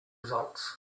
results